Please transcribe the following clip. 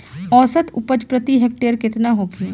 औसत उपज प्रति हेक्टेयर केतना होखे?